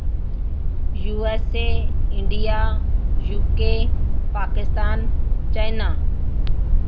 USA India UK Pakistan China